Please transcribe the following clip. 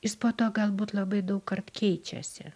jis po to galbūt labai daugkart keičiasi